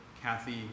Kathy